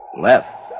Left